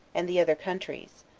and the other countries,